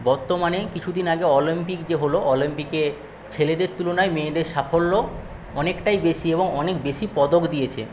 বর্তমানে কিছুদিন আগে অলিম্পপিক যে হলো সেই অলিম্পিকে ছেলেদের তুলনায় মেয়েদের সাফল্য অনেকটাই বেশি এবং অনেক বেশি পদক দিয়েছে